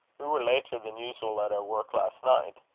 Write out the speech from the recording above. we were later than usual at our work last night.